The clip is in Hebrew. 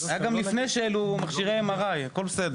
היה גם לפני שהעלו מכשירי MRI. הכל בסדר.